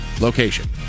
location